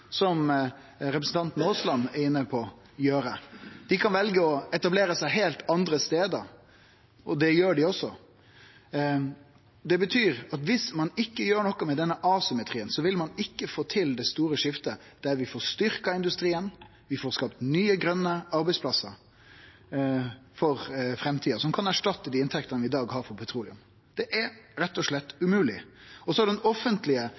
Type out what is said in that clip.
som representanten Aasland er inne på, gjere. Dei kan velje å etablere seg heilt andre stader, og det gjer dei også. Det betyr at viss ein ikkje gjer noko med denne asymmetrien, vil ein ikkje få til det store skiftet, der vi får styrkt industrien og vi får skapt nye, grøne arbeidsplassar for framtida som kan erstatte dei inntektene vi i dag har frå petroleum. Det er rett og slett umogleg. Og så er det den offentlege